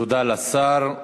תודה לשר.